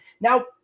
Now